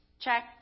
check